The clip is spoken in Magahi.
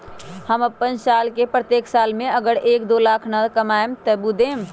हम अपन साल के प्रत्येक साल मे अगर एक, दो लाख न कमाये तवु देम?